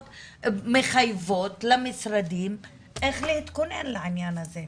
מחייבות למשרדים איך להתכונן לעניין הזה.